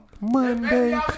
Monday